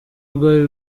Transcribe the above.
rwari